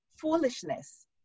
foolishness